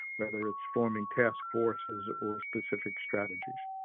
whether it's forming task forces or specific strategies.